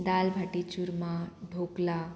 dal baati churma dhokla